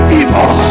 evil